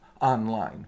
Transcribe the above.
online